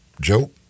Joe